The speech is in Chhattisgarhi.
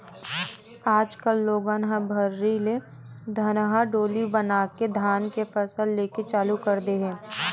आज कल लोगन ह भर्री ल धनहा डोली बनाके धान के फसल लेके चालू कर दे हे